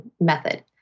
method